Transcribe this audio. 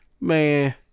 man